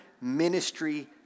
ministry